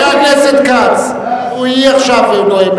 חבר הכנסת כץ, היא עכשיו נואמת.